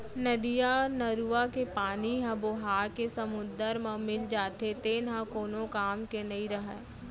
नदियाँ, नरूवा के पानी ह बोहाके समुद्दर म मिल जाथे तेन ह कोनो काम के नइ रहय